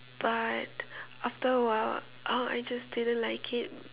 but after a while I just didn't like it